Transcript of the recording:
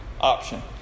option